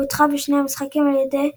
והודחה בשני משחקים על ידי ויילס.